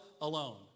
alone